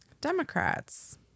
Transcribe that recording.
Democrats